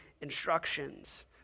instructions